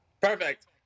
Perfect